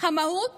המהות